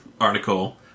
article